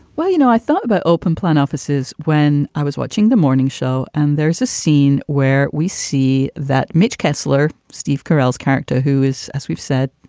well, you know, i thought about open plan offices when i was watching the morning show. and there's a scene where we see that mitch kessler, steve carell's character, who is, as we've said,